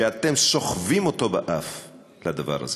שאתם סוחבים אותו באף לדבר הזה.